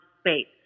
space